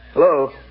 Hello